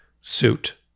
suit